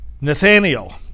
Nathaniel